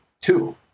two